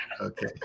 Okay